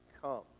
come